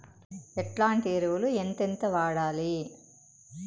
ఎట్లాంటి ఎరువులు ఎంతెంత వాడాలి?